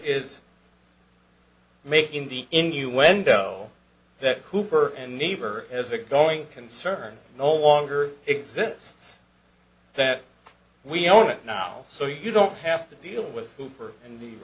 is making the innuendo that cooper and neighbor as a going concern no longer exists that we own it now so you don't have to deal with hooper and the